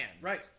Right